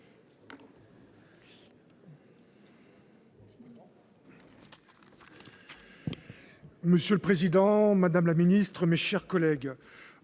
Monsieur le président, madame la ministre, mes chers collègues,